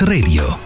Radio